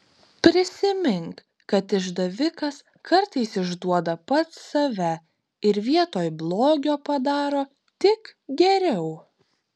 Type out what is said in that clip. prisimink kad išdavikas kartais išduoda pats save ir vietoj blogio padaro tik geriau